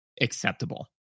acceptable